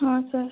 ହଁ ସାର୍